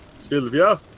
Sylvia